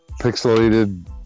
pixelated